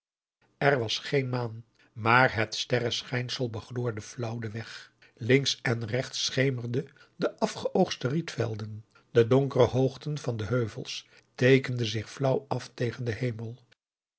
er was geen maan maar het sterreschijnsel begloorde fiauw den weg links en rechts schemerden de afgeoogste rietvelden de donkere hoogten van de heuvels teekenden zich flauw af tegen den hemel